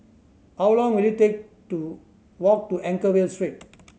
how long will it take to walk to Anchorvale Street